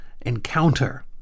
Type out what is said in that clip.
encounter